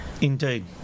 Indeed